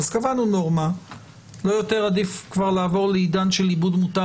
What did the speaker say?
לא יותר עדיף לעבור לעידן של עיבוד מותר,